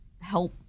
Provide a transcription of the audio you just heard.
help